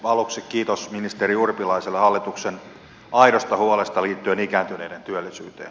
aluksi kiitos ministeri urpilaiselle hallituksen aidosta huolesta liittyen ikääntyneiden työllisyyteen